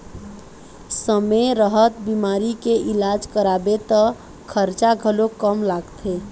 समे रहत बिमारी के इलाज कराबे त खरचा घलोक कम लागथे